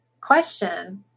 question